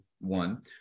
one